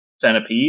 centipede